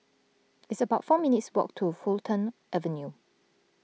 it's about four minutes' walk to Fulton Avenue